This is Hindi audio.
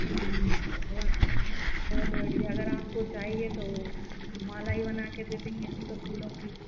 नहीं नहीं बहुत बहुत बढ़िया अगर आपको चाहिए तो माला ही बना के दे देंगे हम तो फूलों की